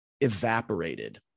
evaporated